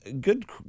good –